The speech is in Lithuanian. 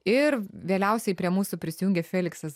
ir vėliausiai prie mūsų prisijungia feliksas